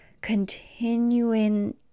continuing